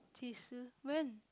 啼是 when